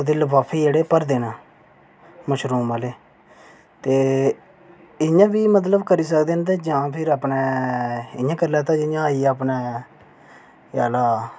ओह्दे लफाफे जेह्ड़े भरदे न मशरूम आह्ले ते इं'या बी मतलब करी सकदे न ते जां फिर इं'या करी लैता अपने एह् आह्ला